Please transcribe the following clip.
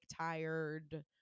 tired